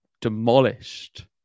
demolished